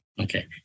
Okay